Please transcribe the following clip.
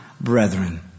brethren